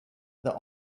the